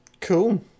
Cool